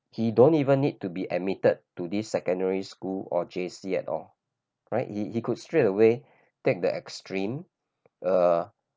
he don't even need to be admitted to this secondary school or J_C at all right he he could straight away take the extreme uh